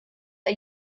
are